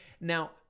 Now